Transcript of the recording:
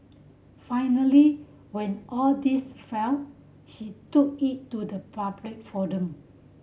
finally when all this failed she took it to the public forum